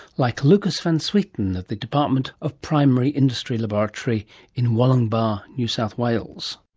like lukas van zwieten at the department of primary industry laboratory in wollongbar, new south wales.